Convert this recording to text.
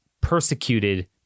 persecuted